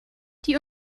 die